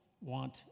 want